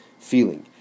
feeling